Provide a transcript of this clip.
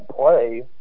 play